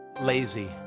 lazy